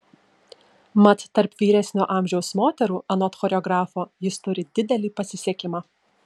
mat tarp vyresnio amžiaus moterų anot choreografo jis turi didelį pasisekimą